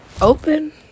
open